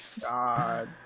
God